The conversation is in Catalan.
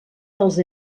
dels